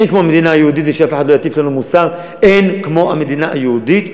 אין כמו המדינה היהודית,